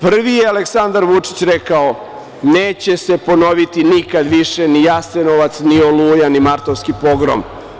Prvi je Aleksandar Vučić rekao – neće se ponoviti nikad više ni Jasenovac, ni „Oluja“, ni Martovski pogrom.